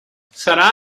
serà